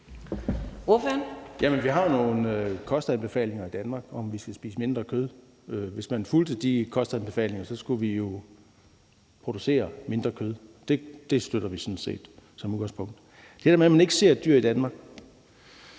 Vi har nogle kostanbefalinger i Danmark om, at vi skal spise mindre kød. Hvis man fulgte de kostanbefalinger, skulle vi jo producere mindre kød, og det støtter vi sådan set som udgangspunkt. Jeg vil til det der med, at man ikke ser dyr i Danmark,